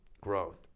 growth